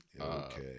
Okay